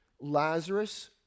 Lazarus